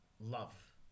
love